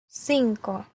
cinco